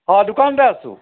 হয় দোকানতে আছোঁ